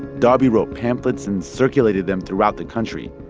darby wrote pamphlets and circulated them throughout the country,